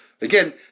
again